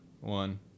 one